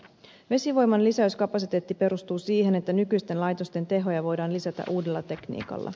vesivoiman lisäyskapasiteetti perustuu siihen että nykyisten laitosten tehoja voidaan lisätä uudella tekniikalla